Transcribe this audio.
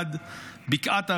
עד בקעת ערד,